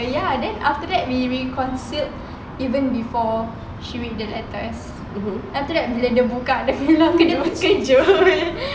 ya then after that we we we concealed even before she read the letter as after that bila dia buka